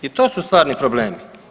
I to su stvarni problemi.